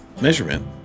measurement